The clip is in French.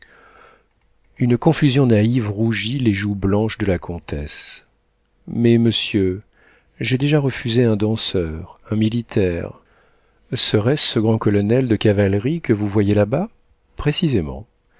une confusion naïve rougit les joues blanches de la comtesse mais monsieur j'ai déjà refusé un danseur un militaire serait-ce ce grand colonel de cavalerie que vous voyez là-bas précisément